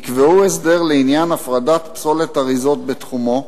יקבעו הסדר לעניין הפרדת פסולת אריזות בתחומו,